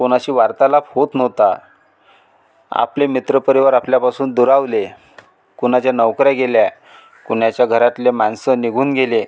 कोणाशी वार्तालाफ होत नव्हता आपले मित्र परिवार आपल्यापासून दुरावले कोनाच्या नोकऱ्या गेल्या कोनाच्या घरातले मानसं निघून गेले